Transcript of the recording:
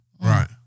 Right